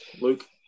Luke